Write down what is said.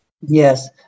Yes